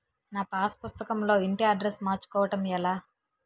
నా పాస్ పుస్తకం లో ఇంటి అడ్రెస్స్ మార్చుకోవటం ఎలా?